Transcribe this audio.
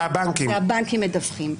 זה הבנקים מדווחים.